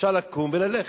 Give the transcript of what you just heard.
אפשר לקום וללכת.